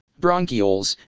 bronchioles